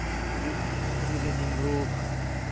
ꯀꯔꯤ ꯀꯔꯤ ꯂꯩꯅꯤꯡꯕ꯭ꯔꯣ